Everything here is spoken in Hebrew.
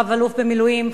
רב-אלוף במילואים,